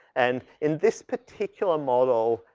and in this particular model,